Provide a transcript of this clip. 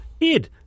Ed